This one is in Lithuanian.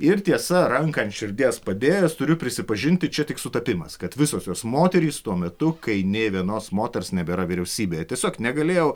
ir tiesa ranką ant širdies padėjęs turiu prisipažinti čia tik sutapimas kad visos jos moterys tuo metu kai nė vienos moters nebėra vyriausybėje tiesiog negalėjau